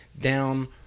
down